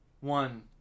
one